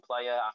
player